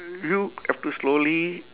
you have to slowly